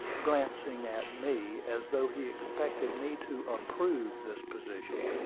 glancing at me, as though he expected me to approve this position,